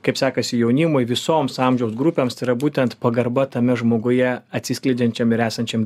kaip sekasi jaunimui visoms amžiaus grupėms tai yra būtent pagarba tame žmoguje atsiskleidžiančiam ir esančiam